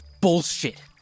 bullshit